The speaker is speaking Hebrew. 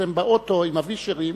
כשאתם באוטו עם הווישרים,